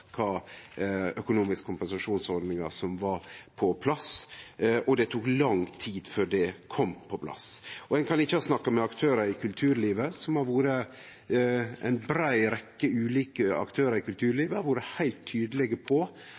kva økonomiske kompensasjonsordningar som var på plass – og det tok lang tid før dei kom på plass. Ein kan ikkje ha snakka med aktørar i kulturlivet. Ei brei rekkje ulike aktørar i kulturlivet har vore heilt tydelege på